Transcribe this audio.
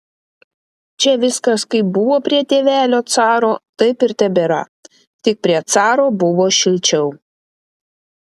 čia viskas kaip buvo prie tėvelio caro taip ir tebėra tik prie caro buvo šilčiau